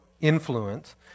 influence